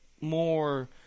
more